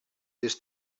this